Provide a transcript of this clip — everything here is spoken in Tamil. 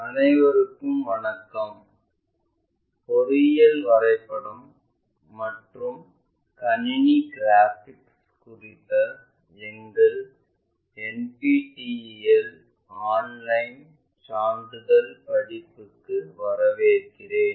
அனைவருக்கும் வணக்கம் பொறியியல் வரைபடம் மற்றும் கணினி கிராபிக்ஸ் குறித்த எங்கள் NPTEL ஆன்லைன் சான்றிதழ் படிப்புகளுக்கு வரவேற்கிறேன்